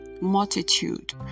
multitude